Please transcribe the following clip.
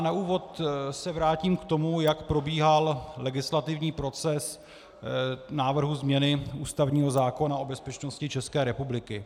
Na úvod se vrátím k tomu, jak probíhal legislativní proces návrhu změny ústavního zákona o bezpečnosti České republiky.